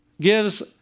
gives